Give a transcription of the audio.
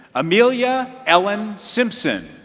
amelia ellen simpson.